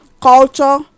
culture